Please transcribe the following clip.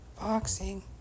Boxing